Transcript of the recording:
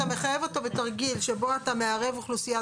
אתה מחייב אותו בתרגיל שבו אתה מערב אוכלוסייה,